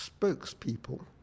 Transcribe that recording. spokespeople